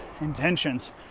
intentions